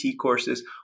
courses